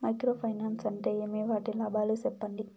Micro finance అంటే ఏమి? వాటి లాభాలు సెప్పండి?